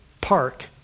park